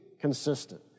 consistent